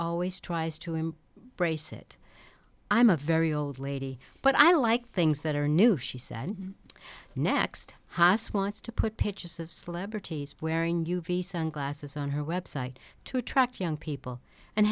always tries to him brace it i'm a very old lady but i like things that are new she said next haase wants to put pictures of celebrities wearing u v sunglasses on her website to attract young people and